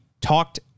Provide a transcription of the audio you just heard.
talked